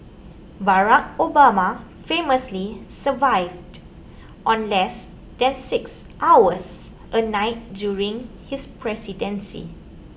Barack Obama famously survived on less than six hours a night during his presidency